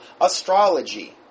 astrology